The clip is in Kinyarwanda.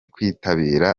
kwitabira